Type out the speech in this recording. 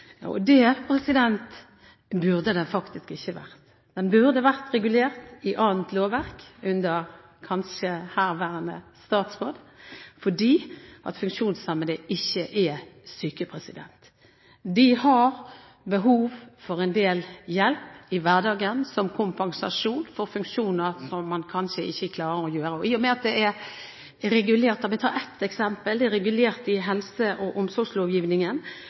og omsorgslovgivningen, og det burde det faktisk ikke vært. Dette burde vært regulert i annet lovverk, kanskje under herværende statsråd, fordi funksjonshemmede ikke er syke. De har behov for en del hjelp i hverdagen som kompensasjon for funksjoner som de kanskje ikke mestrer. La meg ta et eksempel. I og med at dette er regulert i helse- og omsorgslovgivningen, vil f.eks. det å ta medikamenter kunne være et problem. Når helse